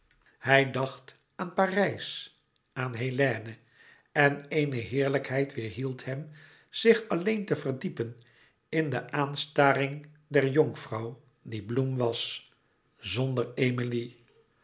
hij dacht aan parijs aan hélène en eene eerlijkheid weêrhield hem zich alléen te verdiepen in de aanstaring der jonkvrouw die bloem was zonder emilie